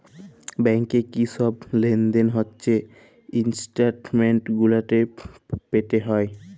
ব্যাংকে কি ছব লেলদেল হছে ইস্ট্যাটমেল্ট গুলাতে পাতে হ্যয়